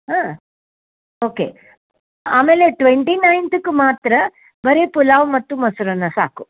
ಹಾಂ ಓಕೆ ಆಮೇಲೆ ಟ್ವೆಂಟಿ ನೈನ್ತಕ್ಕೆ ಮಾತ್ರ ಬರಿ ಪುಲಾವ್ ಮತ್ತು ಮೊಸರನ್ನ ಸಾಕು